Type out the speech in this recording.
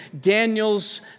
Daniel's